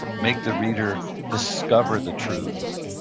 make the reader discover the truths,